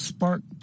Spark